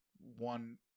one